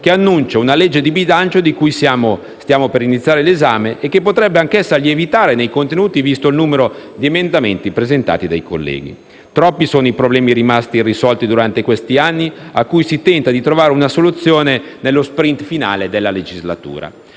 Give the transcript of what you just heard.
che annuncia un disegno di legge di bilancio, di cui stiamo per iniziare l'esame, che potrebbe anch'esso lievitare nei contenuti visto il numero di emendamenti presentati dai colleghi. Troppi sono i problemi rimasti irrisolti durante gli ultimi anni, a cui si tenta di trovare una soluzione nello *sprint* finale della legislatura.